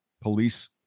police